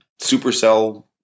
Supercell